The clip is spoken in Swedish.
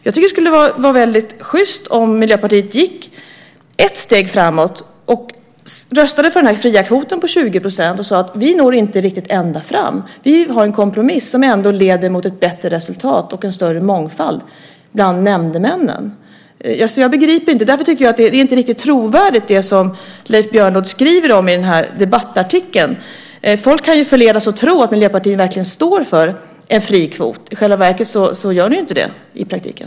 Jag tycker att det skulle vara väldigt sjyst om Miljöpartiet gick ett steg framåt, röstade för den fria kvoten på 20 % och sade: Vi når inte riktigt ända fram. Vi vill ha en kompromiss som ändå leder till ett bättre resultat och en större mångfald bland nämndemännen. Jag begriper inte. Det som Leif Björnlod skriver om i debattartikeln är inte riktigt trovärdigt. Folk kan ju förledas att tro att Miljöpartiet verkligen står för en fri kvot. I själva verket gör ni inte det i praktiken.